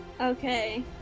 Okay